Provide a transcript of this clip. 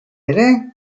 ere